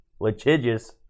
litigious